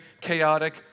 chaotic